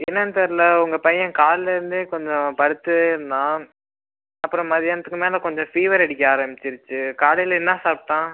என்னென்னு தெரியல உங்கள் பையன் கால்லேருந்தே கொஞ்சம் படுத்தே இருந்தான் அப்புறம் மதியானத்துக்கு மேலே கொஞ்சம் ஃபீவர் அடிக்க ஆரமிச்சிருச்சு காலையில் என்ன சாப்பிட்டான்